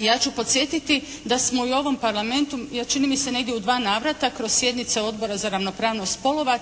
Ja ću podsjetiti da smo i u ovom Parlamentu čini mi se negdje u dva navrata kroz sjednice Odbora za ravnopravnost spolova